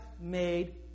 made